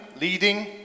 leading